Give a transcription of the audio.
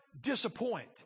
disappoint